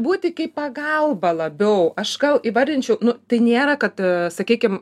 būti kaip pagalba labiau aš gal įvardinčiau nu tai nėra kad sakykim